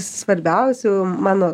svarbiausių mano